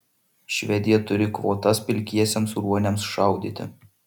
švedija turi kvotas pilkiesiems ruoniams šaudyti